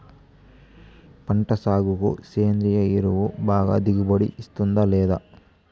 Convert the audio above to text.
పంట సాగుకు సేంద్రియ ఎరువు బాగా దిగుబడి ఇస్తుందా లేదా